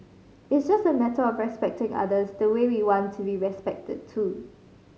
it's just a matter of respecting others the way we want to be respected too